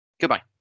Goodbye